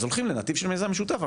אז הולכים לנתיב של מיזם משותף,